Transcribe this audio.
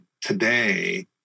today